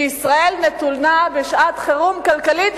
שישראל נתונה בשעת חירום כלכלית,